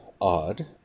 odd